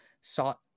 sought